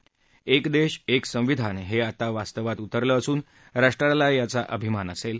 एक देश एक संविधान हे आता वास्तवात उतरलं असून राष्ट्राला याचा अभिमान असेल